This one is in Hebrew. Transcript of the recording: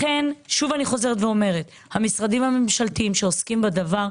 שוב אני חוזרת ואומרת למשרדי הממשלה שעוסקים בדבר,